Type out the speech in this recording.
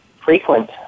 frequent